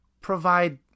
provide